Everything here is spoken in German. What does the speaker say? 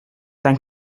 dann